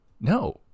No